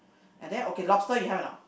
and then okay lobster you have or not